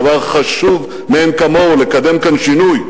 דבר חשוב מאין כמוהו לקדם כאן שינוי,